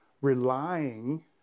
relying